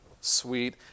sweet